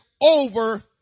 over